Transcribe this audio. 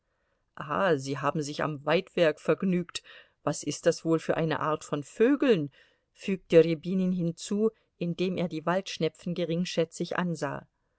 sie haben sich am weidwerk vergnügt was ist das wohl für eine art von vögeln fügte rjabinin hinzu indem er die waldschnepfen geringschätzig ansah